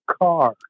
car